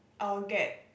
I'll get